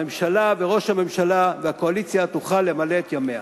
הממשלה וראש הממשלה והקואליציה יוכלו למלא את ימיהם.